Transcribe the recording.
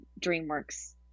DreamWorks